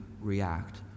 react